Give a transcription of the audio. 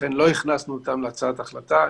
לכן לא הכנסנו אותם להצעת ההחלטה.